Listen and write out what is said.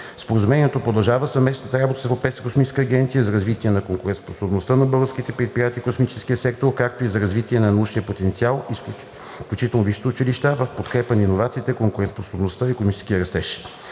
Споразумението продължава съвместната работа с Европейската космическа агенция за развитие на конкурентоспособността на българските предприятия в космическия сектор, както и за развитие на научния потенциал, включително висшите училища, в подкрепа на иновациите, конкурентоспособността и икономическия растеж.